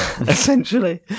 essentially